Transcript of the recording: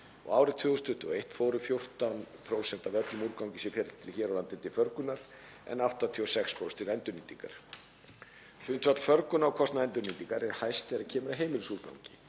og árið 2021 fóru 14% af öllum úrgangi sem féll til hér á landi til förgunar en 86% til endurnýtingar. Hlutfall förgunar á kostnað endurnýtingar er hæst þegar kemur að heimilisúrgangi.